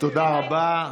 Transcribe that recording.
תודה רבה.